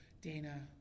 Dana